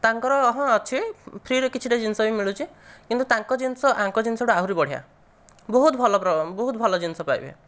ତାଙ୍କର ହଁ ଅଛି ଫ୍ରୀରେ କିଛିଟା ଜିନିଷ ବି ମିଳୁଛି କିନ୍ତୁ ତାଙ୍କ ଜିନିଷ ଆଙ୍କ ଜିନିଷଠୁ ଆହୁରି ବଢିଆ ବହୁତ ଭଲ ବହୁତ ଭଲ ଜିନିଷ ପାଇବେ